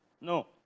No